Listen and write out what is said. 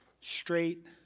straight